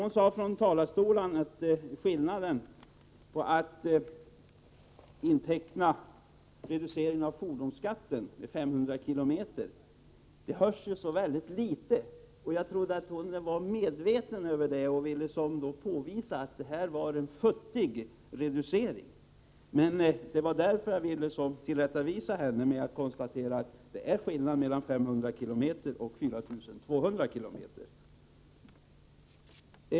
Men Britta Bjelle nämnde skillnaden när det gäller att inteckna reduceringen av fordonsskatten med 500 mil, att den höjs så litet. Jag trodde att hon var medveten om det och ville påvisa att detta var en futtig reducering. Det var därför jag ville tillrättavisa henne. Men jag konstaterar att det är skillnad mellan 500 mil och 4 200 mil.